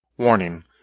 Warning